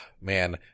man